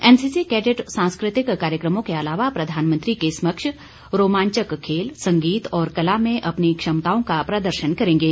NCC cadet सांस्कृतिक कार्यक्रमों के अलावा प्रधानमंत्री के समक्ष रोमांचक खेल संगीत और कला में अपनी क्षमताओं का प्रदर्शन करेंगे